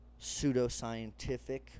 pseudoscientific